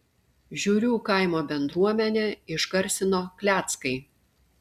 žiurių kaimo bendruomenę išgarsino kleckai